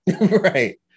right